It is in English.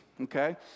Okay